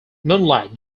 moonlight